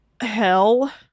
Hell